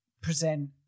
present